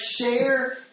share